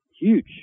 Huge